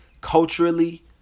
culturally